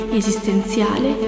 esistenziale